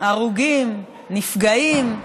הרוגים, נפגעים.